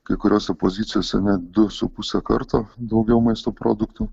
kai kuriose pozicijose net du su puse karto daugiau maisto produktų